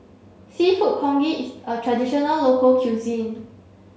Seafood Congee is a traditional local cuisine